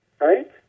Right